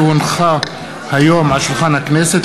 כי הונחו היום על שולחן הכנסת,